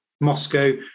Moscow